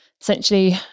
essentially